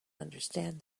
understand